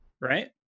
right